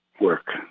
work